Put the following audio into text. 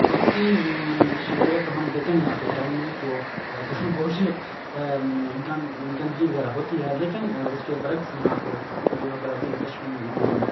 وقتی طور پر ہم دیکھیں یہاں پہ ڈل میں تو بہت سے گند گندگی وغیرہ ہوتی ہے لیکن اس کے برعکس یہاں پہ جو ہے بڑا دلکش